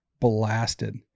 blasted